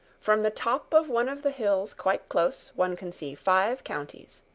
from the top of one of the hills quite close one can see five counties.